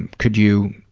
and could you,